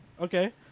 Okay